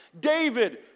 david